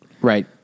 Right